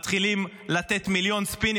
מתחילים לתת מיליונים ספינים.